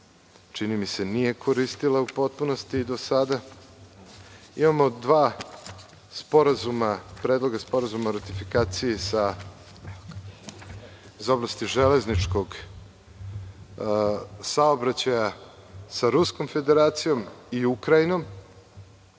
čini mi se, do sada nije koristila u potpunosti. Imamo dva predloga sporazuma o ratifikaciji iz oblasti železničkog saobraćaja sa Ruskom Federacijom i Ukrajinom.